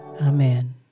Amen